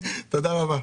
תודה רבה.